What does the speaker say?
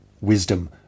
wisdom